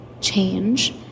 change